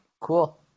Cool